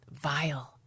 vile